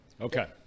okay